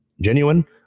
Genuine